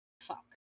Fuck